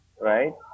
Right